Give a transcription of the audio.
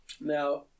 Now